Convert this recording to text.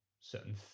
certain